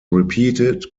repeated